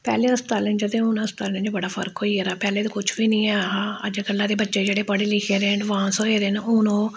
पैह्लें हस्पतालें च हून हस्पतालें च बड़ा फर्क होई गेदा ऐ पैह्लें ते कुछ बी नेईं है हा अजकल्ला दे बच्चे जेह्ड़े पढ़े लिखे दे अडवांस होए दे न हून ओह्